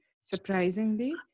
surprisingly